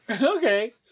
okay